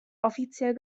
offiziell